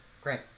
Great